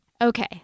Okay